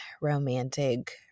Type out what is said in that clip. romantic